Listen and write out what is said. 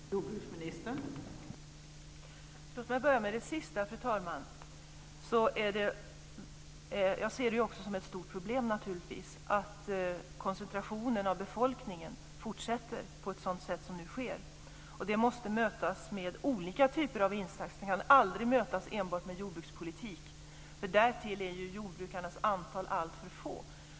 Fru talman! Låt mig börja med det sista. Jag ser det naturligtvis också som ett stort problem att koncentrationen av befolkningen fortsätter på ett sådant sätt som nu sker. Det måste mötas med olika typer av insatser. Det kan aldrig mötas med enbart jordbrukspolitik, för därtill är ju jordbrukarnas antal alltför litet.